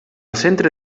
centre